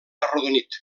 arrodonit